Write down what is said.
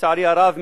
לצערי הרב,